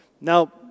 Now